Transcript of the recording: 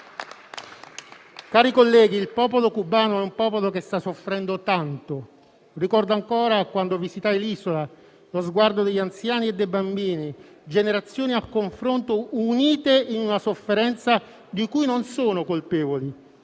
Cari colleghi, il popolo cubano sta soffrendo tanto. Ricordo ancora quando visitai l'isola, lo sguardo degli anziani e dei bambini, generazioni a confronto unite in una sofferenza di cui non sono colpevoli,